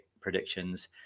predictions